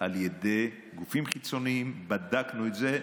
על ידי גופים חיצוניים, בדקנו את זה.